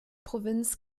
provinz